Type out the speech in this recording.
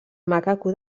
macaco